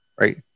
Right